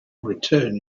return